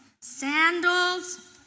sandals